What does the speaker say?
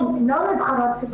הן לא נבחרות,